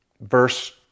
Verse